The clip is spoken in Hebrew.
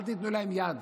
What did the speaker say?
אל תיתנו להם יד.